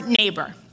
neighbor